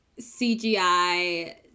CGI